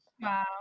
Wow